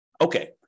Okay